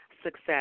Success